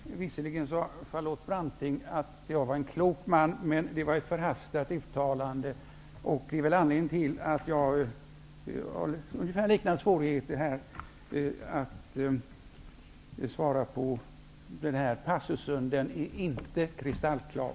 Herr talman! Visserligen sade Charlotte Branting att jag är en klok man, men det var ett förhastat uttalande. Jag har liknande svårigheter att svara på vad som menas med den här passusen. Den är inte kristallklar.